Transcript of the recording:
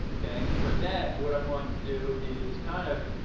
okay. and for that, what i'm going to do is kind of,